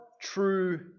true